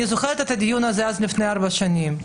אני זוכרת את הדיון שהתקיים לפני ארבע שנים.